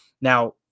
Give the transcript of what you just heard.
Now